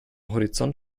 horizont